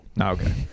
Okay